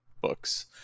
books